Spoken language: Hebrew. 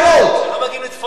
הם לא מגיעים לצפון תל-אביב,